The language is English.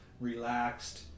relaxed